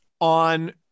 on